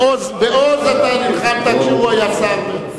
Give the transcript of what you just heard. בעוז נלחמת כשהוא היה שר.